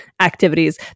activities